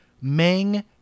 meng